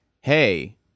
hey